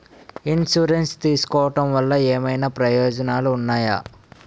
Insurance తీసుకోవటం వల్ల ఏమైనా ప్రయోజనాలు ఉన్నాయా?